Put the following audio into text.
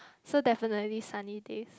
so definitely sunny days